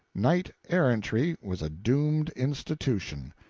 knight-errantry was a doomed institution.